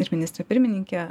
ir ministrė pirmininkė